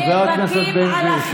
מחבלים,